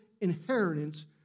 inheritance